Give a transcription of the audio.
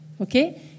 Okay